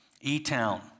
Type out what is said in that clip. E-Town